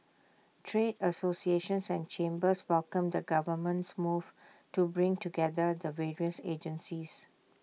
trade associations and chambers welcomed the government's move to bring together the various agencies